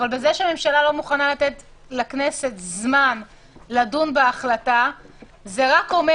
אבל בזה שהממשלה לא מוכנה לתת לכנסת זמן לדון בהחלטה זה רק אומר,